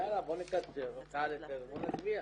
אז יאללה, בואו נקצר --- בואו נצביע.